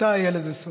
מתי יהיה לזה סוף?